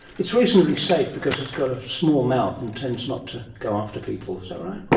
it's reasonably safe because it's got a small mouth and tends not to go after people. is that right?